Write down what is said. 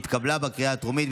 התשפ"ג 2023,